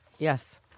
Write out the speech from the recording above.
Yes